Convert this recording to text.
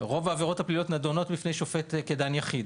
ורוב העבירות הפליליות נדונות בפני שופט כדן יחיד.